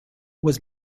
was